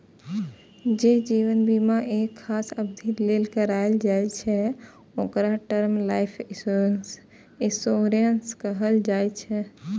जे जीवन बीमा एक खास अवधि लेल कराएल जाइ छै, ओकरा टर्म लाइफ इंश्योरेंस कहल जाइ छै